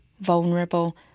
vulnerable